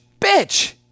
bitch